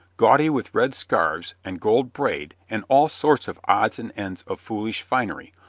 gaudy with red scarfs and gold braid and all sorts of odds and ends of foolish finery,